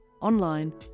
Online